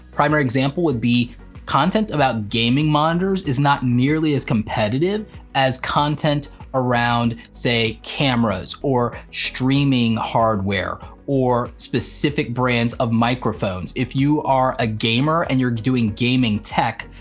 primary example would be content about gaming monitors is not nearly as competitive as content around say, cameras, or streaming hardware, or specific brands of microphones. if you are a gamer and you're doing gaming tech,